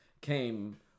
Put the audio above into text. came